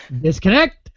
Disconnect